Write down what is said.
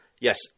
Yes